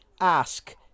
ask